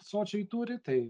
sočiai turi tai